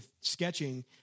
sketching